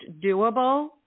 doable